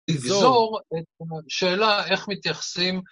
לגזור את השאלה איך מתייחסים